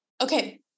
Okay